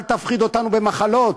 אל תפחיד אותנו במחלות,